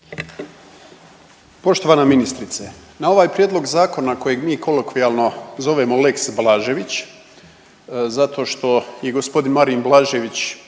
Poštovana ministrice, na ovaj prijedlog zakona kojeg mi kolokvijalno zovemo lex Blažević zato što je g. Marin Blažević